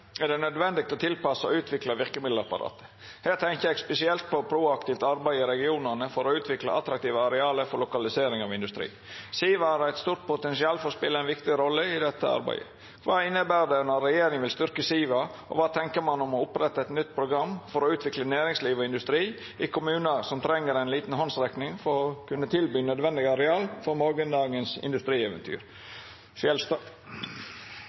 er det nødvendig å tilpasse og utvikle virkemiddelapparatet. Her tenker jeg spesielt på et proaktivt arbeid i regionene for å utvikle attraktive arealer for lokalisering av industri. Siva har et stort potensial for å spille en viktig rolle i det arbeidet. Nærings- og fiskeridepartementet etablerte Prosess21, og mandatet var å utarbeide en strategi for en konkurransedyktig og bærekraftig prosessindustri i Norge i 2050 og framover. I det arbeidet tydeliggjøres det at vertskapsattraktivitet handler om å være en attraktiv lokalisering for næringsvirksomhet. I Prosess21 pekes det på en rekke faktorer som